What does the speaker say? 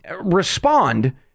respond